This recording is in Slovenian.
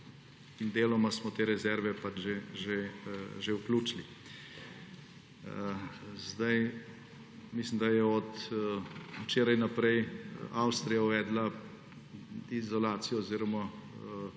Deloma smo te rezerve že vključili. Mislim, da je od včeraj naprej Avstrija uvedla izolacijo oziroma